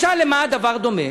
משל למה הדבר דומה?